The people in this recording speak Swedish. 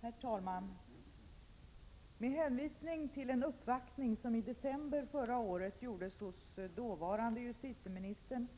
Herr talman! Med hänvisning till en uppvaktning som gjordes i december förra året hos dåvarande justitieministern